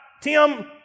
Tim